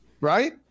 right